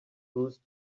bruce